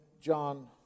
John